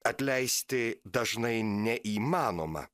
atleisti dažnai neįmanoma